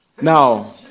Now